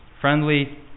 friendly